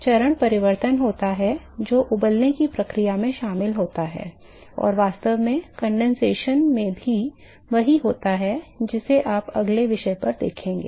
तो एक चरण परिवर्तन होता है जो उबलने की प्रक्रिया में शामिल होता है और वास्तव में कंडेनसेशन में भी वही होता है जिसे आप अगले विषय पर देखेंगे